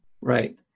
right